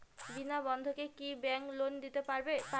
বিনা বন্ধকে কি bank loan দিতে পারে?